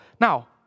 now